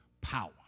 power